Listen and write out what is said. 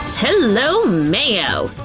hello, mayo!